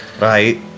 Right